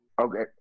okay